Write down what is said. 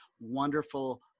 wonderful